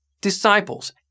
disciples